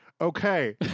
okay